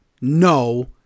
No